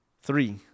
Three